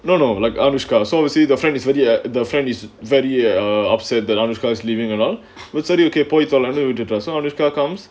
no no like anushka so you see the friend yesterday at the friend is very uh upset that anushka is leaving along but சரி:sari okay போய் தொலனு விட்டுட்டா:poi tholenu vittuttaa so anushka come